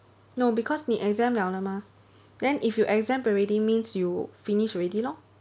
no because 你 exempt liao 了 mah then if you exempt already means you finish already lor